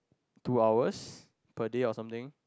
two hours per day or something